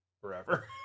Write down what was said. forever